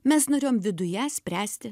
mes norėjom viduje spręsti